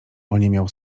oniemiał